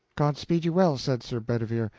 god speed you well, said sir bedivere.